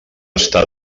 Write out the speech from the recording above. està